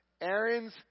Aaron's